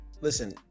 Listen